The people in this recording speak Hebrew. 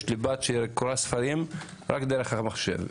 יש לי בת שקוראת ספרים רק דרך המחשב.